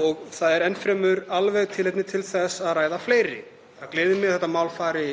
og það er enn fremur alveg tilefni til að ræða fleiri. Það gleður mig að þetta mál fari